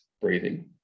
breathing